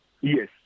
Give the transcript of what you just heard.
Yes